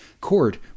Court